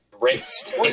raced